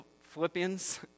Philippians